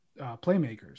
playmakers